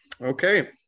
Okay